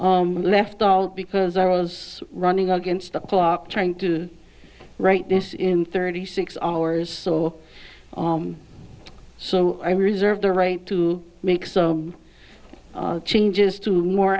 left out because i was running against the clock trying to write this in thirty six hours so so i reserve the right to make some changes to more